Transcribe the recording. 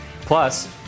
Plus